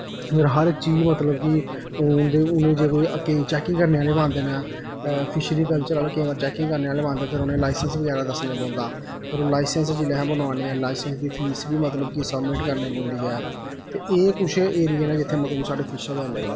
होर हर इक चीज़ मतलब कि ओह् उ'नेंगी जे कोई चैकिंग करने आहले बी आंदे न फिशरी कल्चर आह्ले केईं बारी चैकिंग बगैरा करन आंदे फिर उ'नेंगी केईं बारी लाईसैंस दस्सने पौंदा फिर ओह् लाईसैंस जिसलै अस बनोआने आं लाईसैंस दी फीस बी मतलब कि सबमिट करनी पौंदी ऐ ते एह् कुछ एरिये न जित्थें मतलब कि साढ़ै फिश ऐवलेबल ऐ